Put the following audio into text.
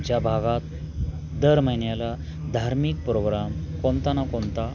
आमच्या भागात दर महिन्याला धार्मिक प्रोग्राम कोणता ना कोणता